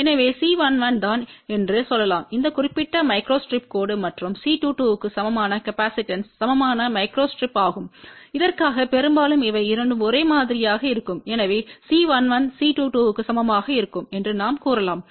எனவே C11தான்என்று சொல்லலாம் இந்த குறிப்பிட்ட மைக்ரோஸ்டிரிப் கோடு மற்றும் C22க்குசமமான காப்பாசிட்டன்ஸ் சமமான மைக்ரோஸ்ட்ரிப் ஆகும் இதற்காக பெரும்பாலும் இவை இரண்டும் ஒரே மாதிரியாக இருக்கும் எனவே C11C22க்கு சமமாக இருக்கும் என்றுநாம் கூறலாம்